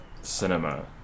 cinema